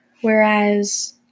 Whereas